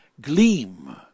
gleam